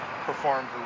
performed